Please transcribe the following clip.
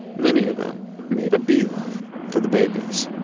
many of them made a beeline for the babies